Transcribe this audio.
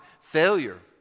failure